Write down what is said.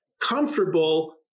comfortable